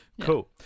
Cool